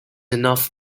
enough